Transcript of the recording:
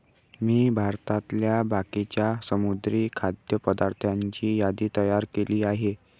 मी भारतातल्या बाकीच्या समुद्री खाद्य पदार्थांची यादी तयार केली आहे